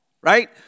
right